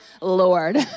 Lord